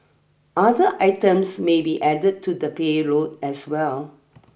other items may be added to the payload as well